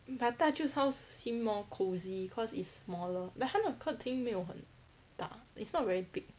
but 大舅 house seem more cozy cause it's smaller like 他的客厅没有很大 it's not very big